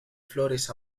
flores